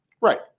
Right